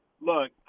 Look